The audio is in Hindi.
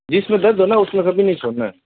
जिस में दर्द है ना उस में कभी नहीं सोना है